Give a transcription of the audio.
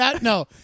No